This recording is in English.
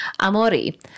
Amori